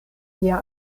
lia